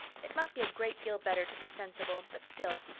it must be a great deal better to be sensible but still,